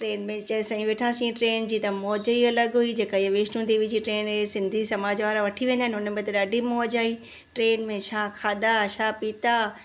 train में जीअं असां वेठासी ट्रेन जी त मौज ई अलगि हुई जेका इअ वैष्णु देवीअ जी ट्रेन हुई सिंधी समाज वारा वठी वेंदा आहिनि उनमें त ॾाढी मौज आई ट्रेन में छा खाधा छा पीता